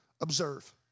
observe